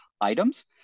items